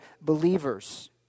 believers